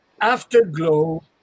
Afterglow